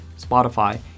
Spotify